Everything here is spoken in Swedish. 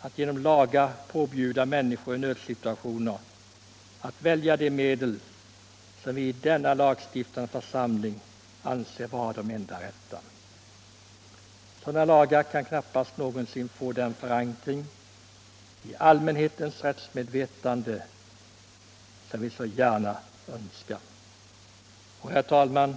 att genom lagar påbjuda att människor i nödsituationer skall välja de medel som vi i denna lagstiftande församling anser vara de enda rätta. Sådana lagar kan knappast någonsin få den förankring i allmänhetens rättsmedvetande som vi så gärna önskar. Herr talman!